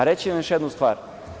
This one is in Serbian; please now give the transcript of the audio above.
Reći ću vam još jednu stvar.